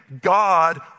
God